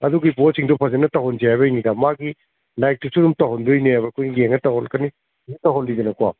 ꯑꯗꯨꯒꯤ ꯄꯣꯠꯁꯤꯡꯗꯨ ꯐꯖꯅ ꯇꯧꯍꯟꯁꯦ ꯍꯥꯏꯕꯒꯤꯅꯤꯗ ꯃꯥꯒꯤ ꯂꯥꯏꯔꯤꯛꯇꯨꯁꯨ ꯑꯗꯨꯝ ꯇꯧꯍꯟꯗꯣꯏꯅꯦꯕ ꯑꯩꯈꯣꯏꯅ ꯌꯦꯡꯉꯒ ꯇꯧꯍꯜꯂꯛꯀꯅꯤ ꯁꯨꯝ ꯇꯧꯍꯜꯂꯤꯗꯅꯀꯣ